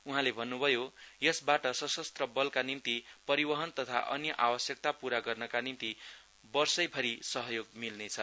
उहाँले भन्नुभयो यसबाट सशस्त्र बलका निम्ति परिवहन तथा अन्य आवश्यकता पूरा गर्नका निम्ति वर्षभरि सहयोग मिलनेछ